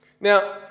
Now